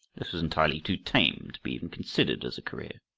this was entirely too tame to be even considered as a career.